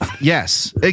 Yes